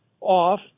off